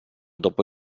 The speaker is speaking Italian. dopo